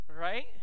right